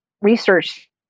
Research